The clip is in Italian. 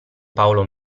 paolo